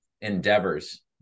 endeavors